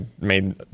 made